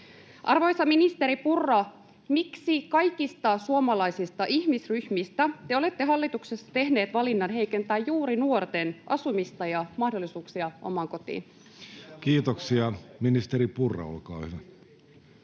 Arvoisa ministeri Purra, miksi kaikista suomalaisista ihmisryhmistä te olette hallituksessa tehneet valinnan heikentää juuri nuorten asumista ja mahdollisuuksia omaan kotiin? [Perussuomalaisten ryhmästä: Mitä